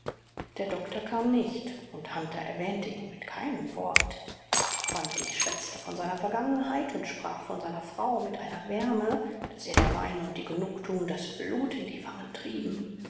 der doktor kam nicht und hunter erwähnte ihn mit keinem wort fantig schwätzte von seiner vergangenheit und sprach von seiner frau mit einer wärme daß ihr der wein und die genugtuung das blut in die wangen trieben